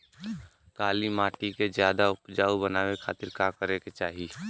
काली माटी के ज्यादा उपजाऊ बनावे खातिर का करे के चाही?